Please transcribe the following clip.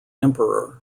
emperor